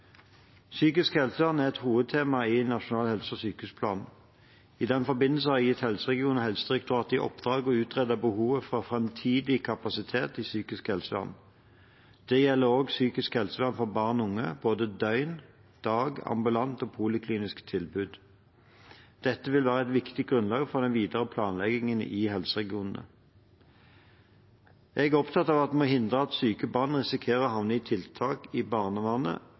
er et hovedtema i ny nasjonal helse- og sykehusplan. I den forbindelse har jeg gitt helseregionene og Helsedirektoratet i oppdrag å utrede behovet for framtidig kapasitet i psykisk helsevern. Det gjelder også psykisk helsevern for barn og unge – både døgntilbud, dagtilbud, ambulant og poliklinisk tilbud. Dette vil være et viktig grunnlag for den videre planleggingen i helseregionene. Jeg er opptatt av at vi må hindre at syke barn risikerer å havne i tiltak i